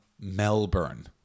Melbourne